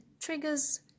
triggers